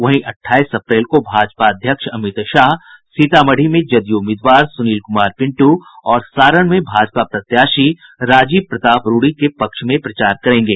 वहीं अट्ठाईस अप्रैल को भाजपा अध्यक्ष अमित शाह सीतामढ़ी में जदयू उम्मीदवार सुनील कुमार पिंटू और सारण में भाजपा प्रत्याशी राजीव प्रताप रूड़ी के पक्ष में प्रचार करेंगे